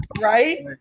Right